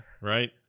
right